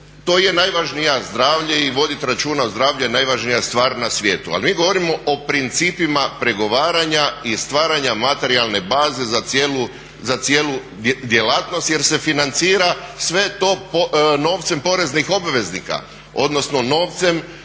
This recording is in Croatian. to je najvažnija, zdravlje i vodit računa o zdravlju je najvažnija stvar na svijetu, ali mi govorimo o principima pregovaranja i stvaranja materijalne baze za cijelu djelatnost jer se financira novcem poreznih obveznika, odnosno novcem